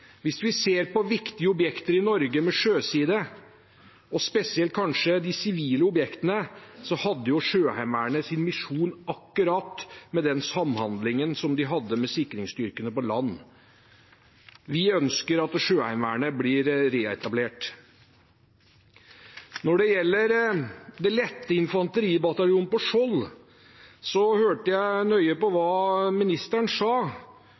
Hvis vi ser på viktige objekter med sjøside i Norge, og kanskje spesielt de sivile objektene, hadde Sjøheimevernet sin misjon akkurat i den samhandlingen de hadde med sikringsstyrkene på land. Vi ønsker at Sjøheimevernet blir reetablert. Når det gjelder den lette infanteribataljonen på Skjold, hørte jeg nøye på hva ministeren sa.